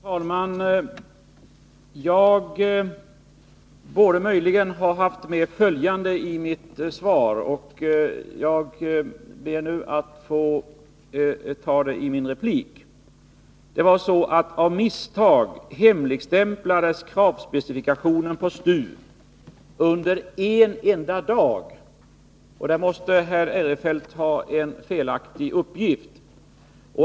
Herr talman! Jag borde möjligen ha haft med följande i mitt svar. Jag ber att få ta med det i min replik i stället. Av misstag hemligstämplades kravspecifikationen på STU under en enda dag. I den frågan måste herr Eirefelt ha fått en felaktig uppgift.